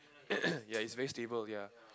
ya it's very stable ya